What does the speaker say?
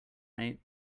mate